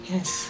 Yes